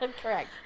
Correct